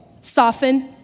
soften